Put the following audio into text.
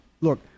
look